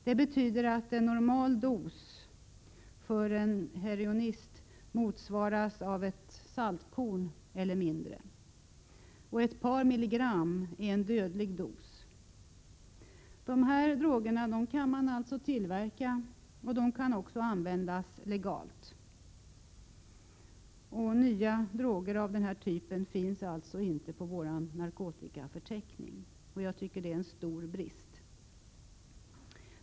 Det betyder att en ”normal” dos för en heroinist motsvaras av ett saltkorn eller mindre, och ett par milligram är en dödlig dos. De här drogerna kan alltså tillverkas och'även användas legalt. Nya droger av denna typ finns inte på vår narkotikaförteckning. Jag tycker det är en stor brist.